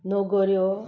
लोगोऱ्यो